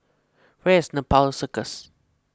where is Nepal Circus